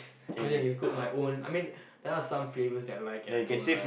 maybe that I can cook my own I mean there are some flavour they are like but I don't like